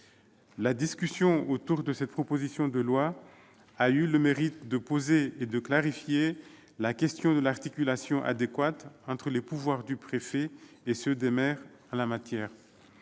La discussion autour de cette proposition de loi a eu le mérite de poser et de clarifier la question de l'articulation adéquate entre les pouvoirs du préfet et ceux des maires. Elle a